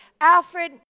Alfred